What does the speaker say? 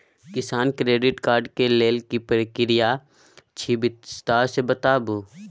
किसान credit card के लेल की प्रक्रिया अछि विस्तार से बताबू?